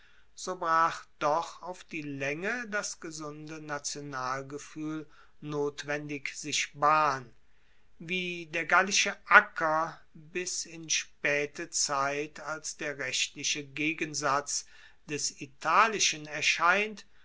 so brach doch auf die laenge das gesunde nationalgefuehl notwendig sich bahn wie der gallische acker bis in spaete zeit als der rechtliche gegensatz des italischen erscheint